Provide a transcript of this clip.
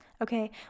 okay